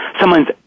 someone's